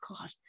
god